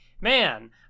Man